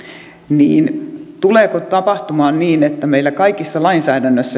niin tuleeko tapahtumaan niin että meillä kaikessa lainsäädännössä